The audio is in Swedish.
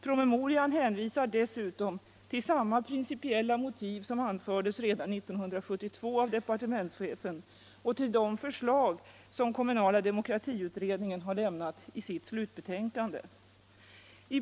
Promemorian hänvisar dessutom till samma principiella motiv som anfördes av departementschefen 1972 och till de förslag som kommunala demokratiutredningen lämnat i sitt slutbetänkande Kommunal demokrati.